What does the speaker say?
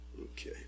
Okay